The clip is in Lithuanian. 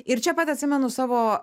ir čia pat atsimenu savo